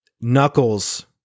Knuckles